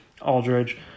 Aldridge